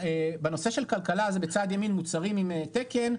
ובנושא של כלכלה, אז בצד ימין מוצרים עם תקן.